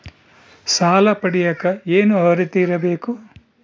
ಸಾಲ ಪಡಿಯಕ ಏನು ಅರ್ಹತೆ ಇರಬೇಕು?